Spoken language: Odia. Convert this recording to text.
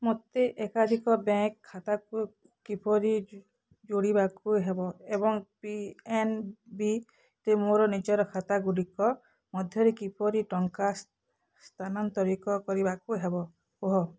ମୋତେ ଏକାଧିକ ବ୍ୟାଙ୍କ୍ ଖାତାକୁ କିପରି ଯୋଡ଼ିବାକୁ ହେବ ଏବଂ ପିଏନବିରେ ମୋର ନିଜ ଖାତାଗୁଡ଼ିକ ମଧ୍ୟରେ କିପରି ଟଙ୍କା ସ୍ଥାନାନ୍ତରିତ କରିବାକୁ ହେବ କୁହ